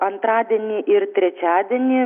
antradienį ir trečiadienį